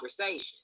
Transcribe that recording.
conversation